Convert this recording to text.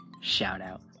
shout-out